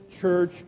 church